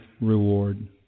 reward